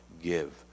give